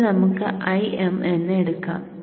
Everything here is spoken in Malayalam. ഇത് നമുക്ക് Im എന്ന് എടുക്കാം